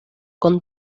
con